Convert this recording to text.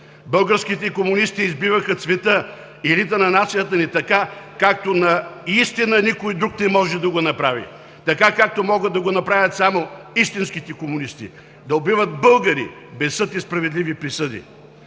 Българските комунисти избиваха цвета и елита на нацията ни, така както наистина никой друг не може да го направи, така, както могат да го направят само истинските комунисти: да убиват българи без съд и справедливи присъди.